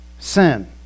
sin